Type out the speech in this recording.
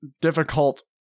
difficult